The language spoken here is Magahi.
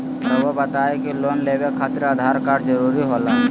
रौआ बताई की लोन लेवे खातिर आधार कार्ड जरूरी होला?